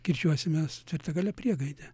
kirčiuosim mes tvirtagale priegaide